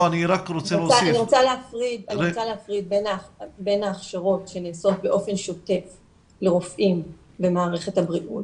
אני רוצה להפריד בין ההכשרות שנעשות באופן שוטף לרופאים במערכת הבריאות,